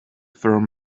firm